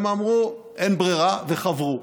הם אמרו: אין ברירה, וחברו.